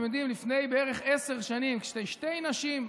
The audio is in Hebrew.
אתם יודעים, לפני בערך עשר שנים שתי נשים,